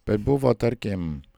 bet buvo tarkim